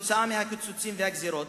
כתוצאה מהקיצוצים והגזירות,